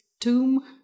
tomb